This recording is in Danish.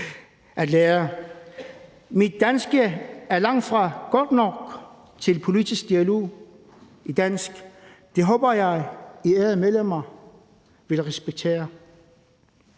Mit danske er langtfra godt nok til politisk dialog på dansk. Det håber jeg at I ærede medlemmer vil respektere.